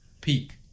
peak